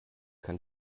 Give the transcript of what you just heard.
kein